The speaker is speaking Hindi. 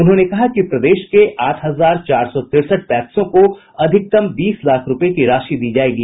उन्होंने कहा कि प्रदेश के आठ हजार चार सौ तिरसठ पैक्सों को अधिकतम बीस लाख रूपये की राशि दी जायेगी